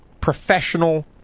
professional